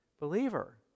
believer